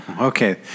Okay